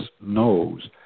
knows